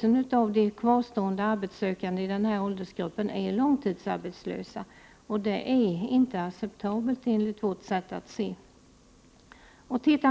2 000 av de kvarstående arbetssökande i den här åldersgruppen är långtidsarbetslösa. Det är inte acceptabelt enligt vårt sätt att se.